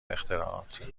اختراعات